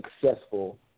successful